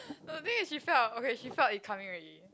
the day she felt okay she felt it coming already